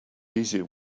easier